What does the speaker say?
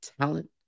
talent